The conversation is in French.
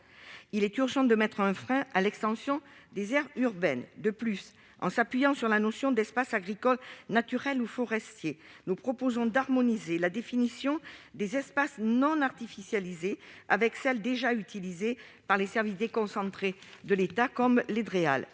il est urgent de mettre un frein à l'extension des aires urbaines. De plus, en nous appuyant sur la notion d'« espace agricole, naturel ou forestier », nous proposons d'harmoniser la définition des espaces non artificialisés avec celle qui est déjà utilisée par les services déconcentrés de l'État comme les